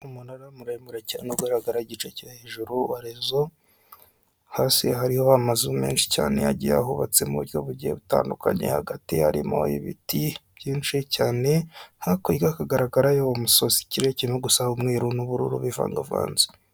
Umunara muremure cyane ugaragara igice kiri hejuru warezo hasi hari amazu menshi cyane agiye ahubatse mu buryo bugiye butandukanye hagati harimo ibiti byinshi cyane hakurya hagaragarayo umusozi, ikirere kirimo gusa umwiru n'ubururu bivangavanze.